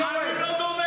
מה אתה רוצה?